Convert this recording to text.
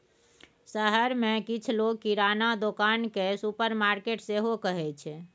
शहर मे किछ लोक किराना दोकान केँ सुपरमार्केट सेहो कहै छै